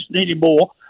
anymore